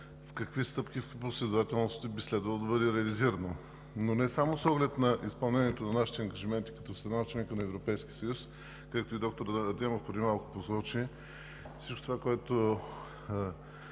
какви стъпки и в какви последователности би следвало да бъде реализирано, но не само с оглед на изпълнението на нашите ангажименти като страна – членка на Европейския съюз. Както и доктор Адемов преди малко посочи, това, което